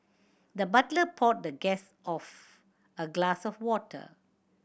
the butler poured the guest of a glass of water